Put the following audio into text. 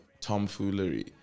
tomfoolery